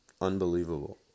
Unbelievable